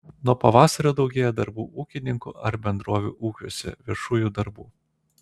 nuo pavasario daugėja darbų ūkininkų ar bendrovių ūkiuose viešųjų darbų